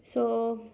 so